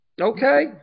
Okay